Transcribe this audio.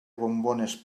bombones